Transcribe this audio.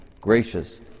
gracious